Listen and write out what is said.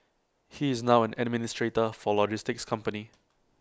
he is now an administrator for A logistics company